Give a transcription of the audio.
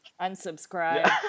Unsubscribe